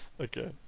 Okay